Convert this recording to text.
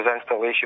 installation